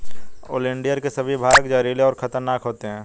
oleander के सभी भाग जहरीले और खतरनाक होते हैं